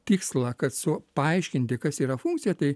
tikslą kad su paaiškinti kas yra funkcija tai